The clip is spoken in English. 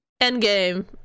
endgame